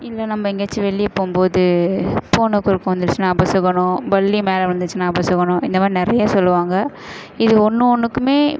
இல்லை நம்ம எங்கேயாச்சும் வெளியே போகும்போது பூனை குறுக்க வந்துடுச்சினா அபசகுணம் பல்லி மேலே விழுந்துச்சினா அபசகுணம் இந்த மாதிரி நிறைய சொல்லுவாங்க இது ஒன்று ஒன்றுக்குமே